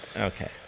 Okay